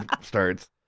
starts